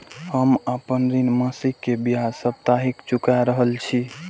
हम आपन ऋण मासिक के ब्याज साप्ताहिक चुका रहल छी